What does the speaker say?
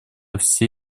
все